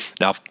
Now